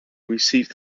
received